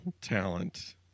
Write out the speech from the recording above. talent